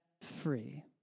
free